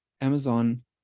Amazon